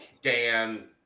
Dan